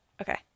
Okay